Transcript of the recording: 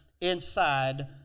inside